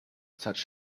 such